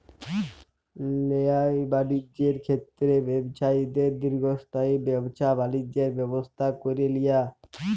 ল্যায় বালিজ্যের ক্ষেত্রে ব্যবছায়ীদের দীর্ঘস্থায়ী ব্যাবছা বালিজ্যের ব্যবস্থা ক্যরে লিয়া